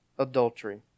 Adultery